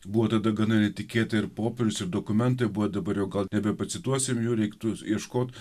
buvo tada gana netikėta ir popierius ir dokumentai buvo dabar jau gal nebepacituosim jų reiktų ieškot